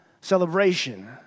celebration